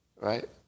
Right